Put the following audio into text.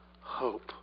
hope